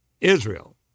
Israel